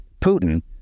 Putin